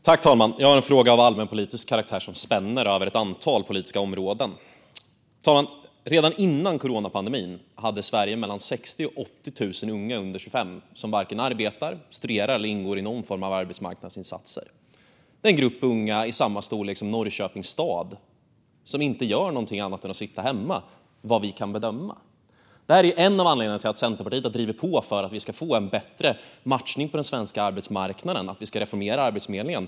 Fru talman! Jag har en fråga av allmänpolitisk karaktär som spänner över ett antal politiska områden. Redan före coronapandemin hade Sverige mellan 60 000 och 80 000 unga under 25 år, som varken arbetade, studerade eller ingick i någon form av arbetsmarknadsinsatser. Det är en grupp unga i samma storlek som Norrköpings stad, och vad vi kan bedöma gör de inget annat än sitter hemma. Det här är en av anledningarna till att Centerpartiet har drivit på för att vi ska få en bättre matchning på den svenska arbetsmarknaden genom en reformering av Arbetsförmedlingen.